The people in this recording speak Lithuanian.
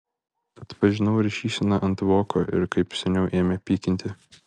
atpažinau rašyseną ant voko ir kaip seniau ėmė pykinti